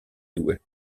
due